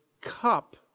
cup